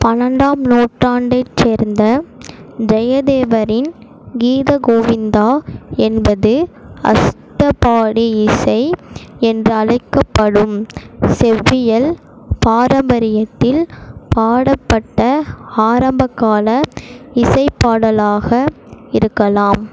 பன்னெண்டாம் நூற்றாண்டைச் சேர்ந்த ஜெயதேவரின் கீத கோவிந்தா என்பது அஷ்டபாடி இசை என்று அழைக்கப்படும் செவ்வியல் பாரம்பரியத்தில் பாடப்பட்ட ஆரம்பகால இசைப்பாடலாக இருக்கலாம்